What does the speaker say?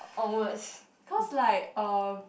cause like uh